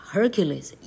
Hercules